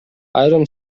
айрым